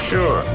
Sure